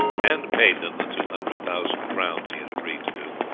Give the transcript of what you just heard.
and paid them the two hundred thousand crowns he had agreed to do.